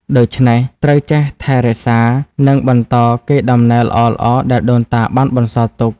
ដូច្នេះត្រូវតែចេះថែរក្សា និងបន្តកេរដំណែលល្អៗដែលដូនតាបានបន្សល់ទុក។